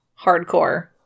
Hardcore